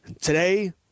today